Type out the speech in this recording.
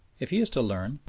if he is to learn,